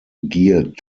geared